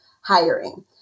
hiring